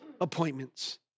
appointments